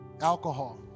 alcohol